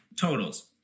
totals